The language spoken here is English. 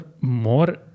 more